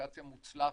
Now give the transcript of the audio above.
אפליקציה מוצלחת,